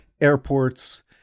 airports